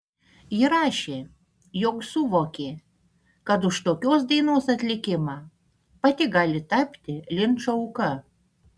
ji rašė jog suvokė kad už tokios dainos atlikimą pati gali tapti linčo auka